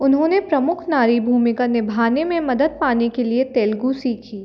उन्होंने प्रमुख नारी भूमिका निभाने में मदद पाने के लिए तेलुगु सीखी